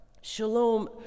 Shalom